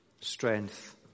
strength